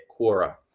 Quora